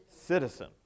citizen